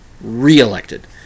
reelected